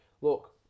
look